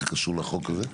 זה קשור לחוק הזה?